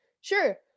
sure